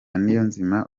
niyonzima